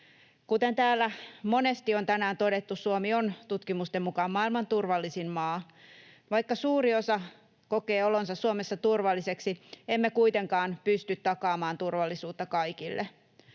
Kuten täällä monesti on tänään todettu, Suomi on tutkimusten mukaan maailman turvallisin maa. Vaikka suuri osa kokee olonsa Suomessa turvalliseksi, emme kuitenkaan pysty takaamaan turvallisuutta kaikille.